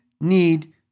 need